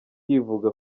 ivuga